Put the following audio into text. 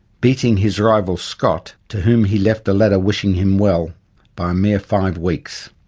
beating his rival scott to whom he left a letter wishing him well by a mere five weeks.